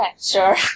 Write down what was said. Sure